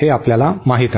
हे आपल्याला माहीत आहे